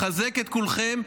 מחזק את כולכם.